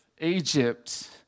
Egypt